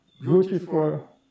beautiful